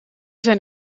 zijn